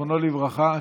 זיכרונו לברכה,